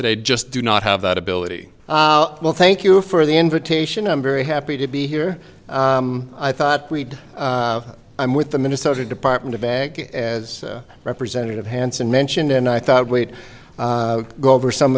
today just do not have that ability well thank you for the invitation i'm very happy to be here i thought we'd i'm with the minnesota department of ag as representative hansen mentioned and i thought wait go over some